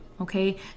Okay